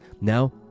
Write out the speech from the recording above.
now